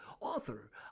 author